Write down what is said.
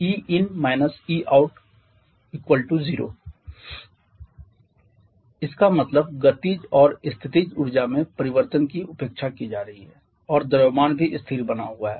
ein − eout 0 इसका मतलब गतिज और स्थितिज ऊर्जा में परिवर्तन की उपेक्षा की जा रही है और द्रव्यमान भी स्थिर बना हुआ है